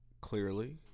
Clearly